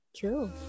Cool